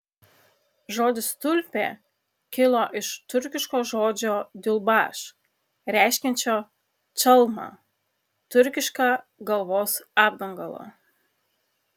žodis tulpė kilo iš turkiško žodžio diulbaš reiškiančio čalmą turkišką galvos apdangalą